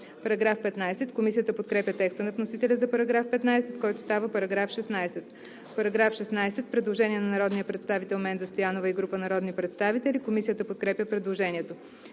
става § 15. Комисията подкрепя текста на вносителя за § 15, който става § 16. По § 16 има предложение на народния представител Менда Стоянова и група народни представители. Комисията подкрепя предложението.